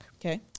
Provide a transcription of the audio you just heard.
Okay